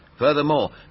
Furthermore